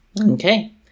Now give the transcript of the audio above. Okay